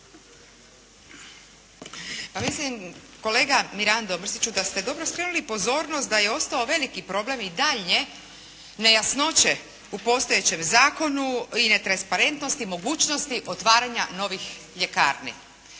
Mislim kolega Mirando Mrsiću da ste dobro skrenuli pozornost da je ostao veliki problem i daljnje nejasnoće u postojećem zakonu i netransparentnosti mogućnosti otvaranja novih ljekarni.